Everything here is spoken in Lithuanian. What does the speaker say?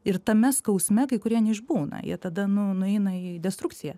ir tame skausme kai kurie neišbūna jie tada nu nueina į destrukciją